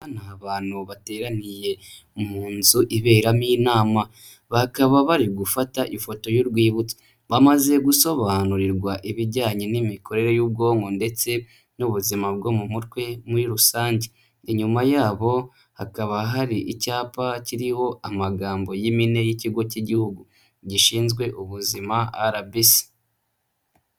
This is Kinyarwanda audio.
Aba ni bantu bateraniye mu nzu iberamo inama bakaba bari gufata ifoto y'urwibutso, bamaze gusobanurirwa ibijyanye n'imikorere y'ubwonko ndetse n'ubuzima bwo mu mutwe muri rusange, inyuma yabo hakaba hari icyapa kiriho amagambo y'impine y'ikigo cy'Igihugu gishinzwe ubuzima RBC.